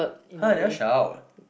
!huh! I never shout